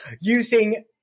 using